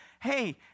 hey